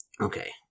Okay